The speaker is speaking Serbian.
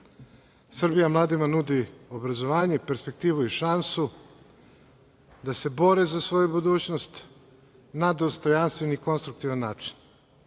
mladima nudi obrazovanje, perspektivu i šansu da se bore za svoju budućnost na dostojanstveni i konstruktivan